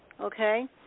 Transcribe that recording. Okay